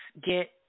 get